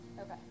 Okay